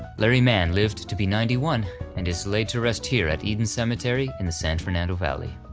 larry mann lived to be ninety one and is laid to rest here at eden cemetery in the san fernando valley.